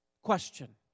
Question